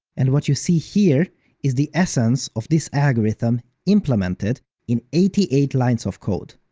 and what you see here is the essence of this algorithm implemented in eighty eight lines of code.